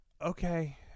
Okay